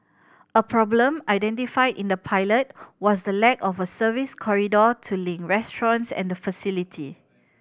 a problem identified in the pilot was the lack of a service corridor to link restaurants and the facility